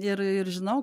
ir ir žinau